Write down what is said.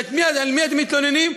על מי אתם מתלוננים?